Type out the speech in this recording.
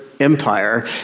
empire